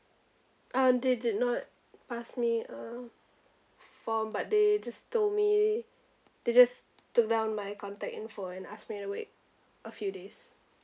uh they did not ask me uh form but they just told me they just took down my contact info and ask me to wait a few days